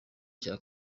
cya